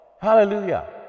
hallelujah